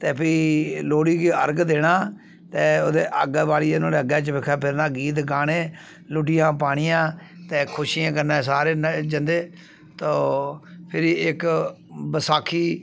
ते फ्ही लोह्ड़ी गी अर्ग देना ते ओह्दे अग्ग बालियै नुआढ़े अग्गे चबक्खै फिरना गीत गाने लुड्डियां पानियां ते खुशियें कन्नै सारे जंदे ते फिरी इक बसाखी